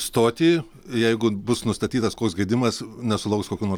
stotį jeigu bus nustatytas koks gedimas nesulauks kokių nors